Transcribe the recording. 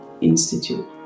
Institute